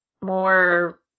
more